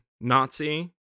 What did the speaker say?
Nazi